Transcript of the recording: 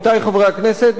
עמיתי חברי הכנסת,